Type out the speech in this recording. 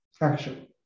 action